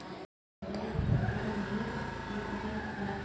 दीनदयाल उपाध्याय अंत्योदय योजना स पहाड़ी लोगक नई ऊर्जा ओले